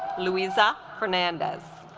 louisa fernandes